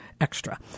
extra